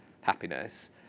happiness